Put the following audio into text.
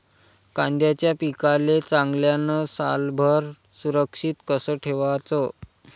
कांद्याच्या पिकाले चांगल्यानं सालभर सुरक्षित कस ठेवाचं?